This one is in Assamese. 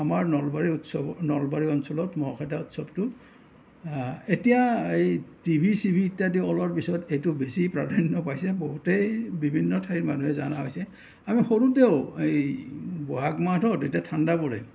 আমাৰ নলবাৰী উৎসৱত নলবাৰী অঞ্চলত মহ খেদা উৎসৱটো এতিয়া এই টিভি চিভি ইত্যাদি ওলোৱাৰ পিছত এইটো বেছি প্ৰাধন্য পাইছে বহুতেই বিভিন্ন ঠাইৰ মানুহে জনা হৈছে আমি সৰুতেওঁ এই বহাগ মাহটো তেতিয়া ঠাণ্ডা পৰে